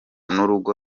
n’urugo